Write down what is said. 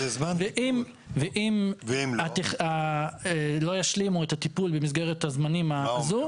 אם לא ישלימו את הטיפול במסגרת הזמנים הזו,